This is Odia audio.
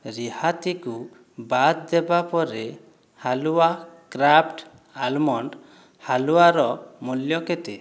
ରିହାତିକୁ ବାଦ୍ ଦେବା ପରେ ହାଲୁଆ କ୍ରାଫ୍ଟ ଆଲ୍ମଣ୍ଡ ହାଲୁଆର ମୂଲ୍ୟ କେତେ